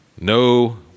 No